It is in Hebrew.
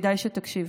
כדאי שתקשיב.